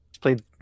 played